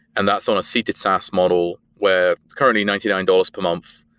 and that's on seated saas model where currently ninety nine dollars per month.